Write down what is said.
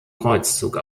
kreuzzug